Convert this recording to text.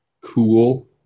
cool